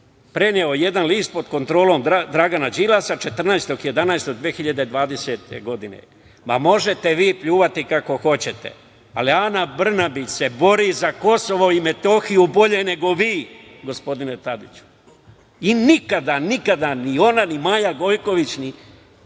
je jedan list pod kontrolom Dragana Đilasa 14. 11. 2020. godine. Možete vi pljuvati kako hoćete, ali Ana Brnabić se bori za KiM bolje nego vi, gospodine Tadiću, i nikada ni ona, ni Maja Gojković, i